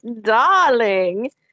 darling